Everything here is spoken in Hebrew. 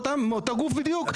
מאותו גוף בדיוק.